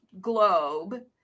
globe